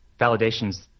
validations